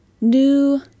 New